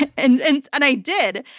and and and and i did.